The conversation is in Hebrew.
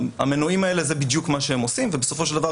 המנועים האלה זה בדיוק מה שהם עושים ובסופו של דבר